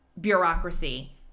bureaucracy